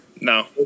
No